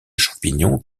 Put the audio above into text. champignons